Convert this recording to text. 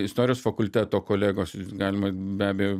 istorijos fakulteto kolegos galima be abejo